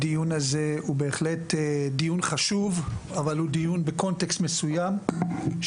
הדיון הזה הוא דיון בקונטקסט של העלאת